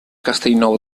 castellnou